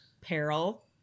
Peril